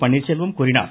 பன்னீர்செல்வம் கூறினார்